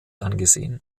angesehen